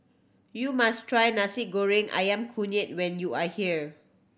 you must try Nasi Goreng Ayam Kunyit when you are here